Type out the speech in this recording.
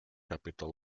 capital